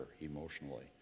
emotionally